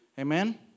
Amen